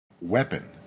weapon